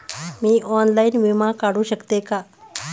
मी online विमा काढू शकते का?